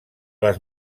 les